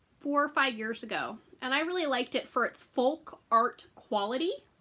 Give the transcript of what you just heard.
four or five years ago, and i really liked it for its folk art quality.